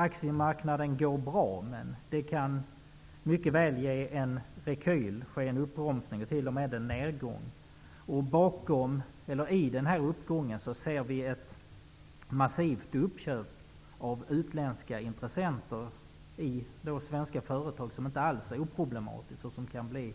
Aktiemarknaden går bra, men det kan mycket väl bli en rekyl eller en uppbromsning med en nedgång. I uppgången ser vi ett massivt uppköp av utländska intressenter i svenska företag. Detta är inte utan problem och kan bli